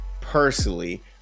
personally